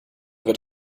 wird